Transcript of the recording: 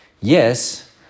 yes